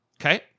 okay